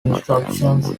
instructions